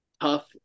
tough